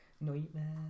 Nightmare